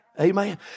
Amen